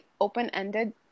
open-ended